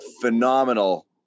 Phenomenal